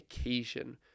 occasion